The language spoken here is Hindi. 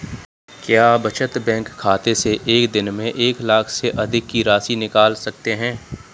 क्या बचत बैंक खाते से एक दिन में एक लाख से अधिक की राशि निकाल सकते हैं?